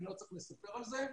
אני לא צריך לספר על זה,